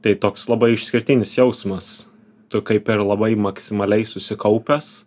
tai toks labai išskirtinis jausmas tu kaip ir labai maksimaliai susikaupęs